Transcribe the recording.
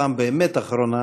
הפעם באמת אחרונה,